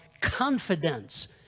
confidence